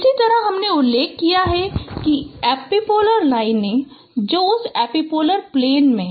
इसी तरह हमने उल्लेख किया है कि एपिपोलर लाइनें जो उसी एपिपोलर प्लेन पर है